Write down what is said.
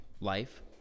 life